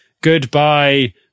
goodbye